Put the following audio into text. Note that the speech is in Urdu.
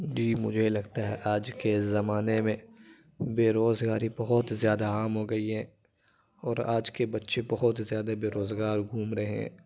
جی مجھے لگتا ہے آج کے زمانے میں بے روزگاری بہت زیادہ عام ہوگئی ہے اور آج کے بچے بہت ہی زیادہ بے روزگار گھوم رہے ہیں